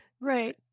right